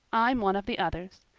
i'm one of the others.